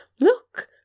Look